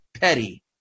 petty